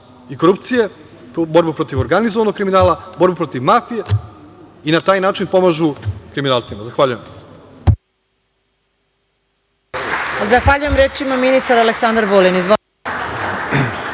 i korupcije, borbu protiv organizovanog kriminala, borbu protiv mafije i na taj način pomažu kriminalcima? Zahvaljujem.